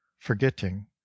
forgetting